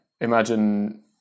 imagine